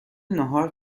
ناهار